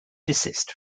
desist